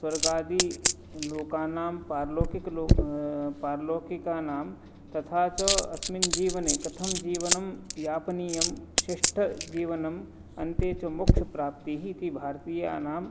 स्वर्गादिलोकानां पारलौकिक पारलौकिकानां तथा च अस्मिन् जीवने कथं जीवनं यापनीयं शिष्टजीवनम् अन्ते च मोक्षप्राप्तिः इति भारतीयानां